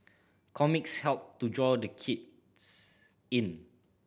comics help to draw the kids in